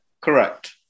Correct